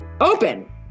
open